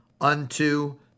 unto